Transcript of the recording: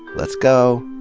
let's go.